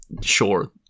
sure